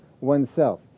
oneself